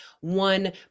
one